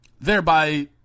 Thereby